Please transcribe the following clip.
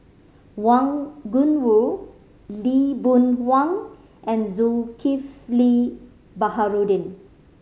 Wang Gungwu Lee Boon Wang and Zulkifli Baharudin